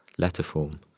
letterform